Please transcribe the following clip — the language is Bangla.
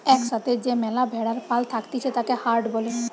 এক সাথে যে ম্যালা ভেড়ার পাল থাকতিছে তাকে হার্ড বলে